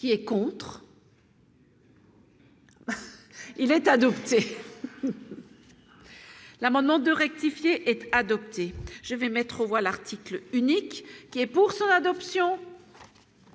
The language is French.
Qui est contre. S'il est adopté. L'amendement de rectifier, être adopté, je vais mettre aux voix l'article unique qui est pour son adoption.